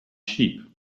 sheep